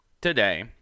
today